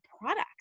products